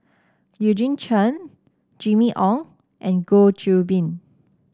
Eugene Chen Jimmy Ong and Goh Qiu Bin